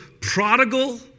prodigal